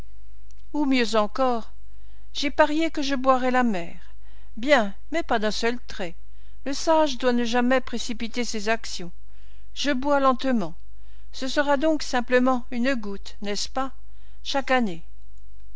ou mieux encore j'ai parié que je boirai la mer bien mais pas d'un seul trait le sage doit ne jamais précipiter ses actions je bois lentement ce sera donc simplement une goutte n'est-ce pas chaque année